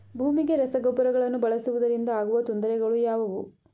ಭೂಮಿಗೆ ರಸಗೊಬ್ಬರಗಳನ್ನು ಬಳಸುವುದರಿಂದ ಆಗುವ ತೊಂದರೆಗಳು ಯಾವುವು?